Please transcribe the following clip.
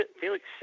Felix